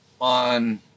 on